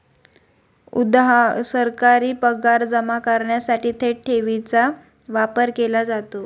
उदा.सरकारी पगार जमा करण्यासाठी थेट ठेवीचा वापर केला जातो